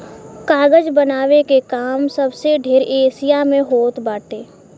कागज बनावे के काम सबसे ढेर एशिया में होत बाटे